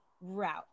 route